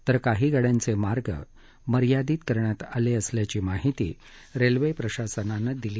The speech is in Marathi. तर काही गाड्यांचे मार्ग मर्यादित करण्यात आले असल्याची माहिती रेल्वे प्रशासनानं ही माहिती दिली